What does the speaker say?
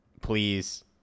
please